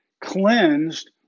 cleansed